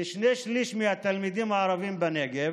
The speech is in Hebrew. לכשני שלישים מהתלמידים הערבים בנגב